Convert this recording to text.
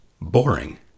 boring